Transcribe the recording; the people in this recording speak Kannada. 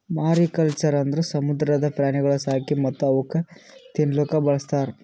ಮಾರಿಕಲ್ಚರ್ ಅಂದುರ್ ಸಮುದ್ರದ ಪ್ರಾಣಿಗೊಳ್ ಸಾಕಿ ಮತ್ತ್ ಅವುಕ್ ತಿನ್ನಲೂಕ್ ಬಳಸ್ತಾರ್